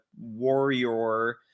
Warrior